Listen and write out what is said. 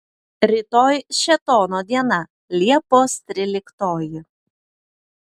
rytoj šėtono diena liepos tryliktoji